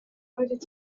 roeddet